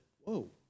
whoa